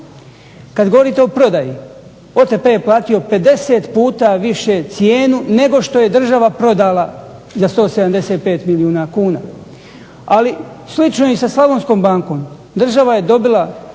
Kad govorite o prodaji, OTP je platio 50 puta više cijenu nego što je država prodala za 175 milijuna kuna. Ali, slično je i sa Slavonskom bankom. Država je dobila